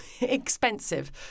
expensive